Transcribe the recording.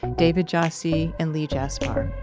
david jassy, and lee jaspar